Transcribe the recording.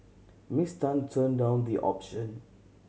Miss Tan turned down the option